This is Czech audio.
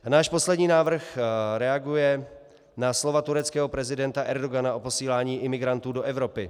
A náš poslední návrh reaguje na slova tureckého prezidenta Erdogana o posílání imigrantů do Evropy.